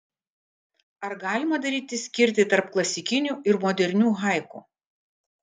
ar galima daryti skirtį tarp klasikinių ir modernių haiku